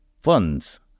funds